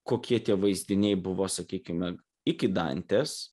kokie tie vaizdiniai buvo sakykime iki dantės